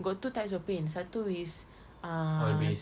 got two types of paint satu is ah